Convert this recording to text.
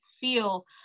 feel